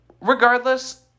regardless